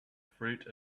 fruit